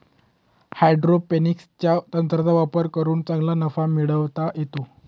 हायड्रोपोनिक्सच्या तंत्राचा वापर करून चांगला नफा मिळवता येतो